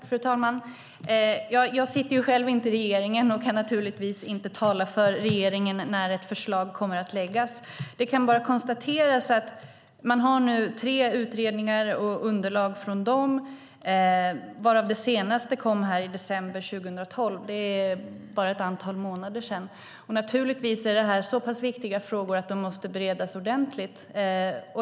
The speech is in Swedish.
Fru talman! Jag sitter inte själv i regeringen och kan naturligtvis inte tala om när ett förslag kommer att läggas fram. Det kan bara konstateras att det finns tre utredningar och underlag från dem, varav det senaste betänkandet kom i december 2012, för några månader sedan. Naturligtvis är det här så pass viktiga frågor att de måste beredas ordentligt.